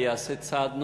אולי ייעשה צעד נוסף.